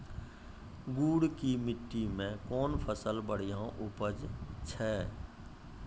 गुड़ की मिट्टी मैं कौन फसल बढ़िया उपज छ?